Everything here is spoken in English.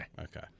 Okay